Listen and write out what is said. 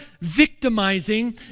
victimizing